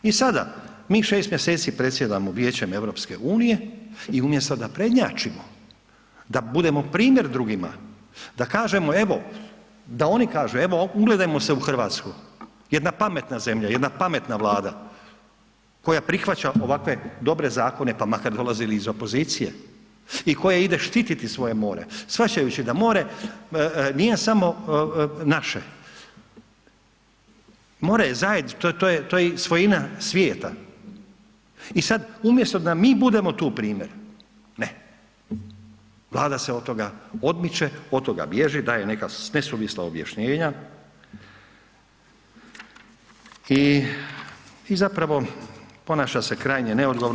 I sada mi 6 mjeseci predsjedamo Vijećem EU i umjesto da prednjačimo, da budemo primjer drugima, da kažemo evo da oni kažu evo ugledajmo se u Hrvatsku, jedna pametna zemlja, jedna pametna Vlada koja prihvaća ovakve dobre zakone, pa makar dolazili iz opozicije i koja ide štititi svoje more shvaćajući da more nije samo naše, more je svojima svijeta i sada umjesto da mi tu budemo primjer, ne, Vlada se od toga odmiče, od toga bježi, daje neka nesuvisla objašnjenja i zapravo ponaša se krajnje neodgovorno.